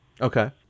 Okay